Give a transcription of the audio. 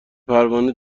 پروانه